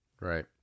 Right